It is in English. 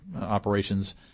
operations